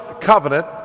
covenant